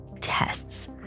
tests